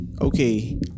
okay